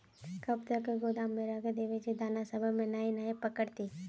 कब तक गोदाम में रख देबे जे दाना सब में नमी नय पकड़ते?